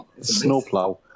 Snowplow